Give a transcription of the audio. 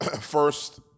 first